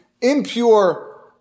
impure